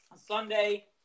Sunday